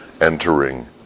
entering